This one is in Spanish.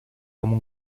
como